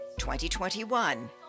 2021